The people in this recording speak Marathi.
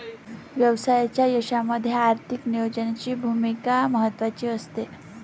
व्यवसायाच्या यशामध्ये आर्थिक नियोजनाची भूमिका महत्त्वाची असते